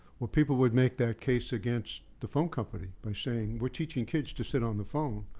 well, people would make that case against the phone company by saying we're teaching kids to sit on the phone.